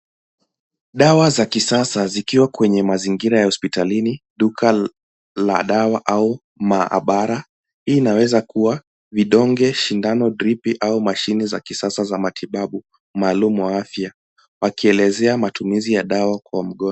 Dawa za kisasa zikiwa kwenye mazingira ya hospitalini , duka la dawa au maabara . Hii inaweza kuwa vidonge, sindano, dripi au mashine za kisasa za matibabu maalum ya afya wakielezea matumizi ya dawa kwa mgonjwa.